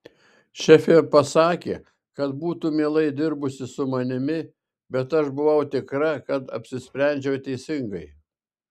šefė pasakė kad būtų mielai dirbusi su manimi bet aš buvau tikra kad apsisprendžiau teisingai